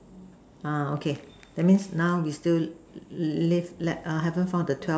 uh okay that means now we still leave left uh haven't find the twelve